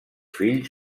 fills